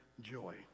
joy